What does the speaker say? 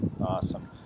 Awesome